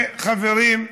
וחברים,